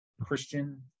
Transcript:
Christian